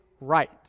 right